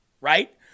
right